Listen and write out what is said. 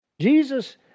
Jesus